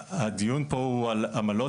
הדיון פה הוא על עמלות,